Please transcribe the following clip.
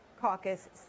Caucus